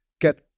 get